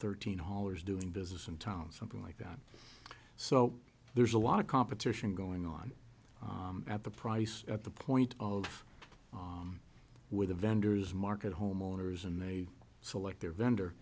thirteen dollars doing business in town something like that so there's a lot of competition going on at the price at the point of where the vendors market homeowners and they select their vendor